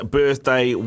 birthday